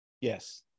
Yes